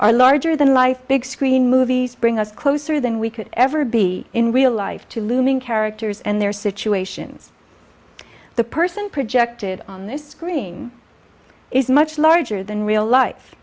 our larger than life big screen movies bring us closer than we could ever be in real life to looming characters and their situations the person projected on this screen is much larger than real life